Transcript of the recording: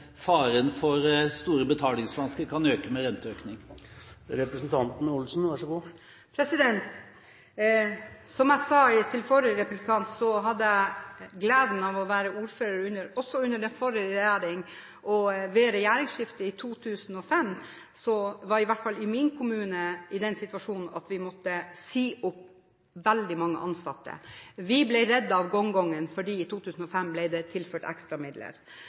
faren for store betalingsvansker kan øke med en renteøkning? Som jeg sa til forrige replikant, hadde jeg gleden av å være ordfører også under den forrige regjeringen. Ved regjeringsskiftet i 2005 var i hvert fall min kommune i den situasjonen at vi måtte si opp veldig mange ansatte. Vi ble reddet av gongongen, for i 2005 ble det tilført ekstra midler.